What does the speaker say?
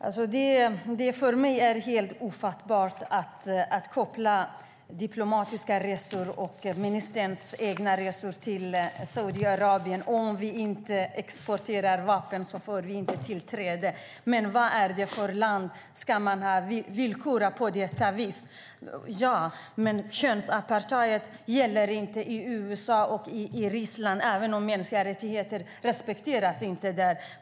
Fru talman! Det är för mig helt ofattbart att koppla diplomatiska resor och ministerns egna resor till Saudiarabien till att vi inte får tillträde om vi inte exporterar vapen. Vad är det för land? Ska man villkora på det viset? Könsapartheid gäller inte i USA och i Ryssland, även om mänskliga rättigheter inte respekteras där.